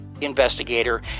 investigator